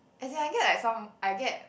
as in I get like some I get